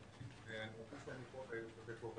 אני רוצה להתייחס לשתי נקודות בקצרה.